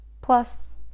Plus